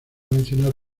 mencionar